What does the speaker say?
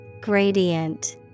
Gradient